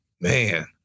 Man